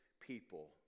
people